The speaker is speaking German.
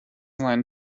seinen